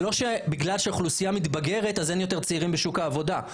זה לא שבגלל שהאוכלוסייה מתבגרת אז אין יותר צעירים בשוק העבודה.